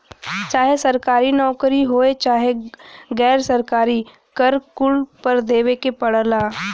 चाहे सरकारी नउकरी होये चाहे गैर सरकारी कर कुल पर देवे के पड़ला